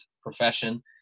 profession